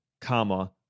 comma